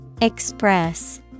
Express